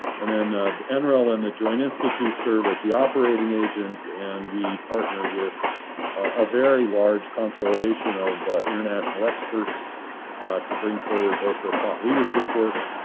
and then, the and nrel and the joint institute serve as the operating agent and we partner with a very large conciliation of international experts to bring forth both the thought leadership work,